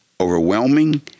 overwhelming